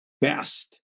best